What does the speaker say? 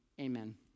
amen